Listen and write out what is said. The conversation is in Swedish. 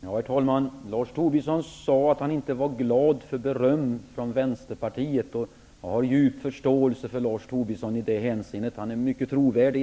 Herr talman! Lars Tobisson sade att han inte var glad för beröm från Vänsterpartiet, och jag har djup förståelse för Lars Tobisson i det hänseendet. Han är mycket trovärdig.